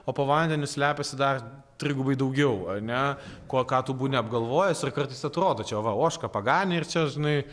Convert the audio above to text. o po vandeniu slepiasi dar trigubai daugiau ar ne kuo ką tu būni apgalvojęs ir kartais atrodo čia va ožką paganė ir čia žinai